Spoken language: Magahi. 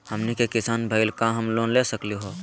हमनी के किसान भईल, का हम लोन ले सकली हो?